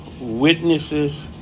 witnesses